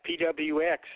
PWX